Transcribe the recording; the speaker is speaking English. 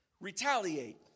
retaliate